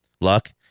luck